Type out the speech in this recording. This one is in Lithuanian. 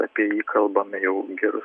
apie jį kalbam jau gerus